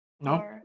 No